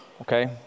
okay